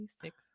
Six